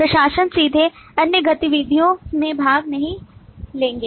प्रशासक सीधे अन्य गतिविधियों में भाग नहीं लेंगे